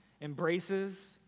embraces